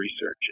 research